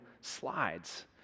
slides